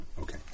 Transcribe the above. okay